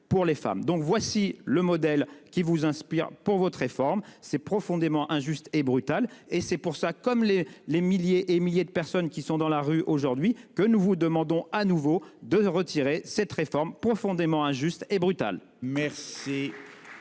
pour les femmes. Voilà donc le modèle qui vous inspire pour votre réforme ! Il est profondément injuste et brutal. C'est pourquoi, comme les milliers et milliers de personnes qui sont dans la rue aujourd'hui, nous vous demandons de nouveau de retirer cette réforme. La parole est à Mme Annie